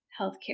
healthcare